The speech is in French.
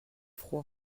froid